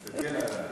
הטלוויזיה.